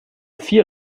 vier